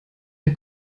der